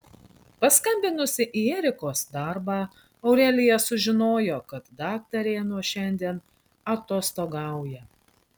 paskambinusi į erikos darbą aurelija sužinojo kad daktarė nuo šiandien atostogauja